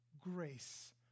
grace